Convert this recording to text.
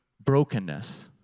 brokenness